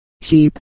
sheep